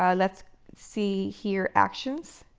um let's see here actions,